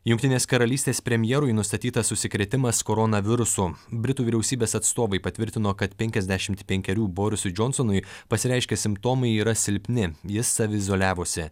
jungtinės karalystės premjerui nustatytas užsikrėtimas koronavirusu britų vyriausybės atstovai patvirtino kad penkiasdešimt penkerių borisui džonsonui pasireiškę simptomai yra silpni jis savi izoliavosi